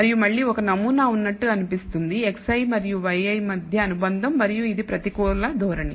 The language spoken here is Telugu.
మరియు మళ్ళీ ఒక నమూనా ఉన్నట్లు అనిపిస్తుంది xi మరియు yi మధ్య అనుబంధం మరియు ఇది ప్రతికూల ధోరణి